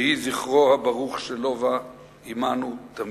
יהי זכרו הברוך של לובה עמנו תמיד.